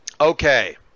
Okay